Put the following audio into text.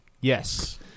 yes